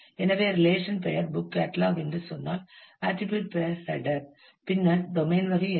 எனவே ரிலேஷன் பெயர் book catalogue என்று சொன்னால் ஆட்டிரிபியூட் பெயர் ஹெடர் பின்னர் டொமைன் வகை என்ன